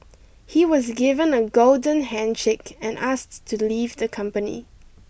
he was given a golden handshake and asked to leave the company